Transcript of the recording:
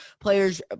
players